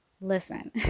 listen